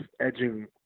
edging